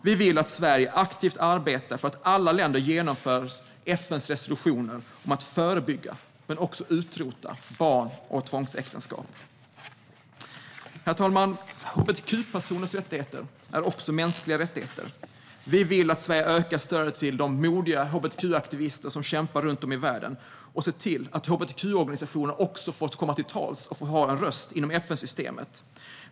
Vi vill att Sverige aktivt arbetar för att alla länder ska genomföra FN:s resolutioner om att förebygga och utrota barn och tvångsäktenskap. Herr talman! Hbtq-personers rättigheter är också mänskliga rättigheter. Vi vill att Sverige ökar stödet till de modiga hbtq-aktivister som kämpar runt om i världen och ser till att hbtq-organisationer också får komma till tals och ha en röst inom FN-systemet.